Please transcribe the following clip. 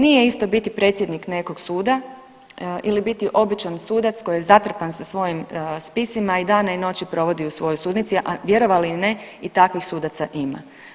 Nije isto biti predsjednik nekog suda ili biti običan sudac koji je zatrpan sa svojim spisima i dane i noći provodi u svojoj sudnici, a vjerovali ili ne i takvih sudaca ima.